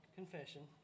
confession